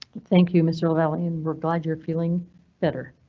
thank you, mr vallian. we're glad you're feeling better.